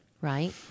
Right